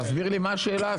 תסביר לי מה השאלה הזאת.